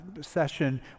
session